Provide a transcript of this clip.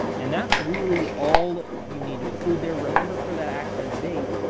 and that's really all you need to include there. remember for that accessed date,